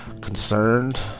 concerned